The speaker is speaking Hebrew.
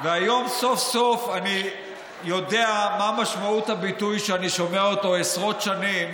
היום סוף-סוף אני יודע מה משמעות הביטוי שאני שומע עשרות שנים,